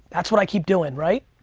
that's what i keep doing, right?